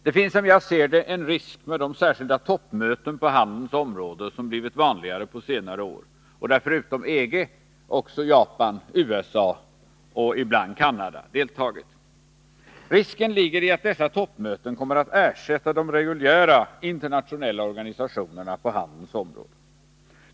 Det finns, som jag ser det, en risk med de särskilda ”toppmöten” på handelns område som blivit vanligare på senare år och där förutom EG och Japan, USA och ibland Canada deltagit. Risken ligger i att dessa ”toppmöten” kommer att ersätta de reguljära internationella organisationerna på handelns område.